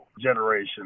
generation